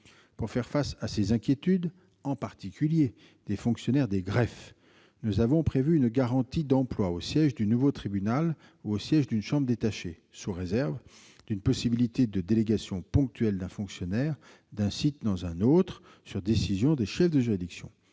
Pour faire face à ces inquiétudes, en particulier des fonctionnaires des greffes, nous avons prévu une garantie d'emploi au siège du nouveau tribunal ou au siège d'une chambre détachée, sous réserve d'une possibilité de délégation ponctuelle d'un fonctionnaire d'un site dans un autre, sur décision des chefs de juridiction.